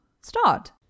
start